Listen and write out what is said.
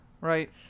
Right